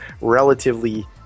relatively